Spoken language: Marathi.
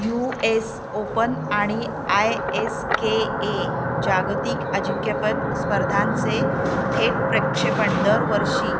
यू एस ओपन आणि आय एस के ए जागतिक आजिंक्यपद स्पर्धांचे थेट प्रेक्षेपण दरवर्षी